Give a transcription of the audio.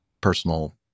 personal